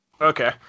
Okay